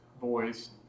voice